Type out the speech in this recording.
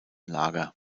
lager